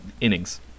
innings